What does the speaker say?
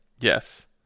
yes